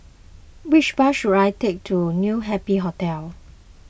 which bus should I take to New Happy Hotel